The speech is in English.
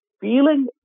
feeling